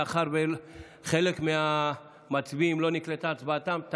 מאחר שלא נקלטה הצבעתם של חלק מהמצביעים.